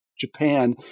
Japan